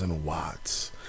watts